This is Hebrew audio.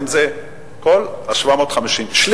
וכל ה-750,000,